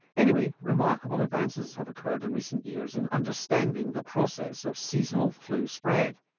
anyway remarkable advances have occurred in recent years in understanding the process of seasonal flu spread.